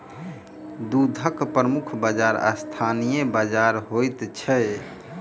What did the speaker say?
दूधक प्रमुख बाजार स्थानीय बाजार होइत छै